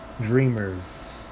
Dreamers